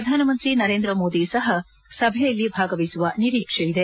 ಪ್ರಧಾನ ಮಂತ್ರಿ ನರೇಂದ್ರ ಮೋದಿ ಸಹ ಸಭೆಯಲ್ಲಿ ಭಾಗವಹಿಸುವ ನಿರೀಕ್ಷೆ ಇದೆ